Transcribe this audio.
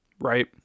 right